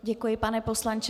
Děkuji, pane poslanče.